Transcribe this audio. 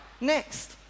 next